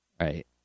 right